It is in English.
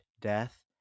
death